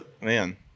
Man